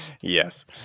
yes